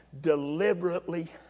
deliberately